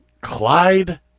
Clyde